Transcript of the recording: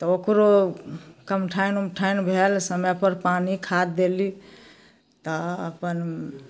तऽ ओकरो कमठानि उमठानि भेल समयपर पानि खाद देलहुँ तऽ अपन